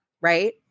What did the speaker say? right